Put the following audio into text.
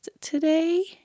today